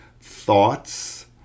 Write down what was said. thoughts